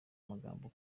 amagambo